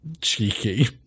cheeky